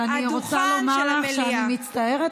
ואני רוצה לומר לך שאני מצטערת,